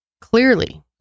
Clearly